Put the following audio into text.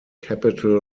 capital